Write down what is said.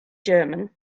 german